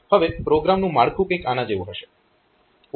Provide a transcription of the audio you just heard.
હવે પ્રોગ્રામનું માળખું કંઈક આના જેવું હશે